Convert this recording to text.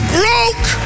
broke